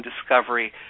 discovery